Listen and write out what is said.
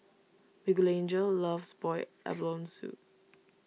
Miguelangel loves Boiled Abalone Soup